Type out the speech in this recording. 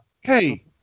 Hey